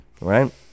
right